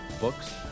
books